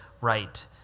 right